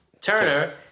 Turner